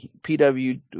PW